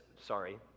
Sorry